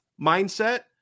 mindset